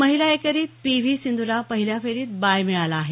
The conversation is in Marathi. महिला एकेरीत पी व्ही सिंधूला पहिल्या फेरीत बाय मिळाला आहे